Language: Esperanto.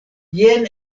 jen